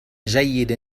جيد